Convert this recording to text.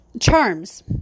Charms